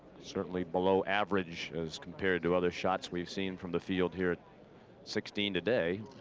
certainly below average, as compared to other shots. we've seen from the field here at sixteen today.